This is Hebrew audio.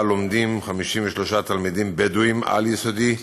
שבה לומדים 53 תלמידים בדואים בעל-יסודי,